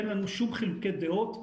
אין לנו שום חילוקי דעות.